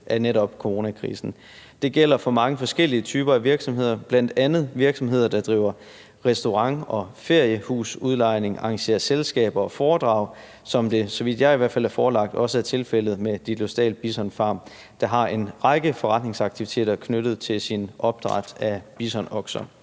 af netop coronakrisen. Det gælder for mange forskellige typer af virksomheder, bl.a. virksomheder, der driver restaurant og feriehusudlejning, arrangerer selskaber og foredrag, som det, så vidt jeg i hvert fald er forelagt oplysningerne, også er tilfældet med Ditlevsdal Bison Farm, der har en række forretningsaktiviteter knyttet til sit opdræt af bisonokser.